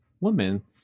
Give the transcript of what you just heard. woman